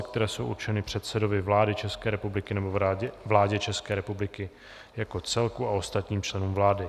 Interpelace jsou určeny předsedovi vlády České republiky nebo vládě České republiky jako celku a ostatním členům vlády.